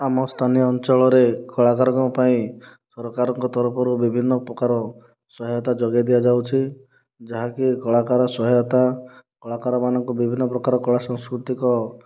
ଆମ ସ୍ଥାନୀୟ ଅଞ୍ଚଳରେ କଳକାରଙ୍କ ପାଇଁ ସରକାରଙ୍କ ତରଫରୁ ବିଭିନ୍ନ ପ୍ରକାର ସହାୟତା ଯୋଗେଇ ଦିଆଯାଉଛି ଯାହାକି କଳାକାର ସହେୟତା କଳାକାର ମାନଙ୍କୁ ବିଭିନ୍ନ ପ୍ରକାର କଳା ସଂସ୍କୃତିକ